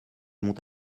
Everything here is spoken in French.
m’ont